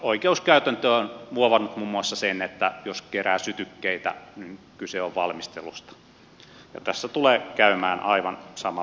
oikeuskäytäntö on muovannut muun muassa sen että jos kerää sytykkeitä niin kyse on valmistelusta ja tässä tulee käymään aivan samalla tavalla